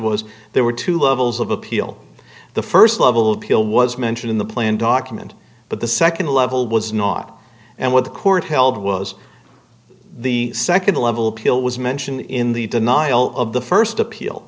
was there were two levels of appeal the st level of appeal was mentioned in the plan document but the nd level was not and what the court held was the nd level appeal was mention in the denial of the st appeal